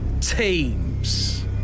teams